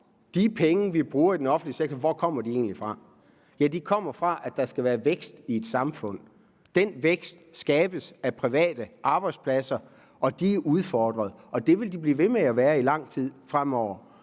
de penge, vi bruger i den offentlige sektor, egentlig fra? Ja, de kommer fra, at der skal være vækst i et samfund. Den vækst skabes af private arbejdspladser, og de er udfordret, og det vil de blive ved med at være i lang tid fremover.